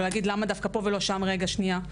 להגיד למה דווקא פה ולא שם רגע שניה?